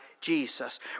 Jesus